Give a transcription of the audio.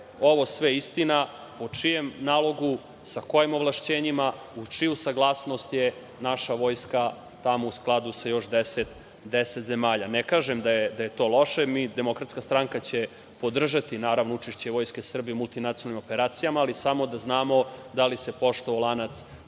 ovo sve istina, po čijem nalogu, sa kojim ovlašćenjima, u čiju saglasnost je naša Vojska tamo u skladu sa još deset zemalja? Ne kažem da je to loše, Demokratska stranka će podržati učešće Vojske Srbije u multinacionalnim operacijama, ali samo da znamo da li se poštovao lanac